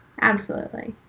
absolutely,